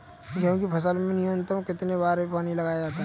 गेहूँ की फसल में न्यूनतम कितने बार पानी लगाया जाता है?